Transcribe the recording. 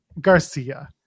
Garcia